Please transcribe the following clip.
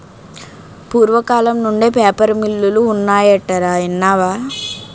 పూర్వకాలం నుండే పేపర్ మిల్లులు ఉన్నాయటరా ఇన్నావా